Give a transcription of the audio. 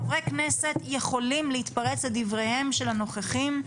חברי כנסת יכולים להתפרץ לדבריהם של הנוכחים.